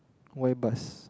why bus